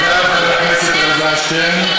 תודה לחבר הכנסת אלעזר שטרן.